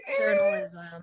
journalism